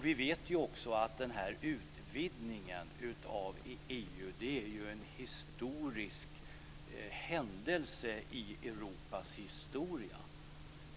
Vi vet också att den här utvidgningen av EU är en historisk händelse i Europas historia.